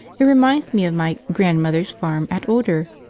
it reminds me of my grandmother's farm at older.